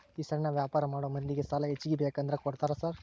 ಈ ಸಣ್ಣ ವ್ಯಾಪಾರ ಮಾಡೋ ಮಂದಿಗೆ ಸಾಲ ಹೆಚ್ಚಿಗಿ ಬೇಕಂದ್ರ ಕೊಡ್ತೇರಾ ಸಾರ್?